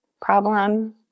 Problem